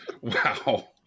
Wow